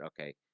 okay